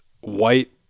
white